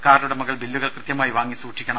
കാർഡുടമകൾ ബില്ലുകൾ കൃത്യമായി വാങ്ങി സൂക്ഷിക്കണം